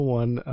one